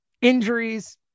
Injuries